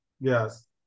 Yes